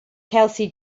kelsey